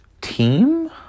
team